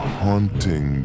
haunting